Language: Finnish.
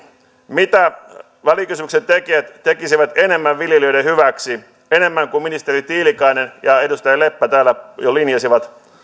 mitä välikysymyksen tekijät tekisivät enemmän viljelijöiden hyväksi enemmän kuin ministeri tiilikainen ja edustaja leppä täällä jo linjasivat